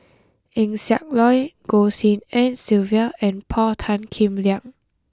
Eng Siak Loy Goh Tshin En Sylvia and Paul Tan Kim Liang